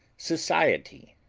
society,